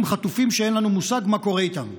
חטופים שאין לנו מושג מה קורה איתם.